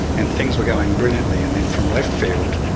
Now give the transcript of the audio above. and things were going brilliantly, and then from left-field,